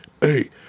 hey